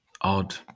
odd